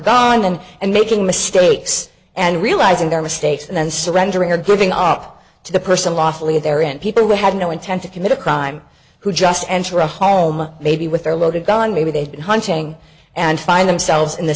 gun and and making mistakes and realizing their mistakes and then surrendering or giving up to the person lawfully there and people who had no intent to commit a crime who just enter a home maybe with a loaded gun maybe they've been hunting and find themselves in the